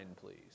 please